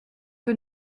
que